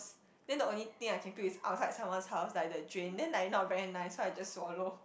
then the only thing I can pill is outside someone's house like the drain then like not very nice so I just swallow